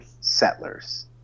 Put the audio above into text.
settlers